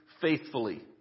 faithfully